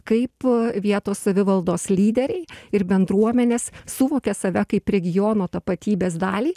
kaip vietos savivaldos lyderiai ir bendruomenės suvokia save kaip regiono tapatybės dalį